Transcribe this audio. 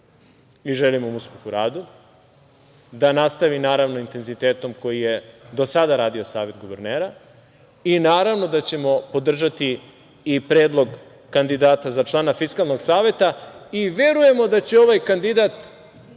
i želimo mu uspeh u radu, da nastavi, naravno, intenzitetom kojim je do sada radio Savet guvernera. Naravno da ćemo podržati i predlog kandidata za člana Fiskalnog saveta i verujemo da će ovaj kandidat